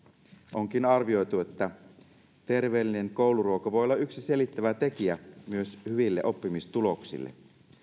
onkin arvioitu että terveellinen kouluruoka voi olla yksi selittävä tekijä myös hyville oppimistuloksille